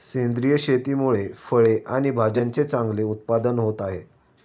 सेंद्रिय शेतीमुळे फळे आणि भाज्यांचे चांगले उत्पादन होत आहे